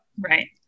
Right